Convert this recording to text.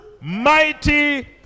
mighty